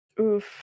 Oof